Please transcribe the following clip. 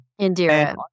Indira